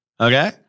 Okay